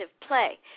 play